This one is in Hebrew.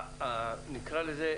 נקרא לזה,